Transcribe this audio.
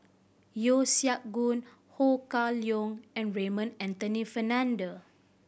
Yeo Siak Goon Ho Kah Leong and Raymond Anthony Fernando